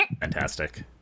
Fantastic